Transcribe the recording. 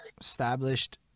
established